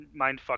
Mindfuck